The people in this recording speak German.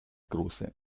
große